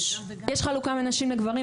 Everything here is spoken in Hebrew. יש חלוקה בין נשים לגברים.